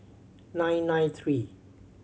nine nine three